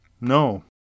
no